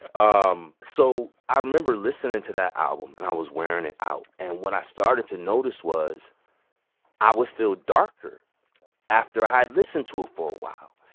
um so i remember listening to that album, and i was wearing it out. and what i started to notice was i would feel darker after i had listened to it for a while.